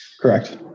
Correct